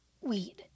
Weed